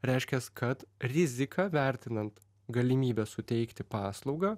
reiškias kad riziką vertinant galimybę suteikti paslaugą